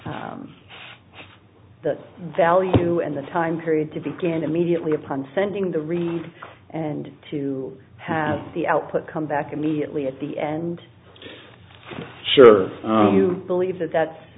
that the value and the time period to begin immediately upon sending the read and to have the output come back immediately at the end sure you believe that that's